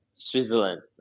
Switzerland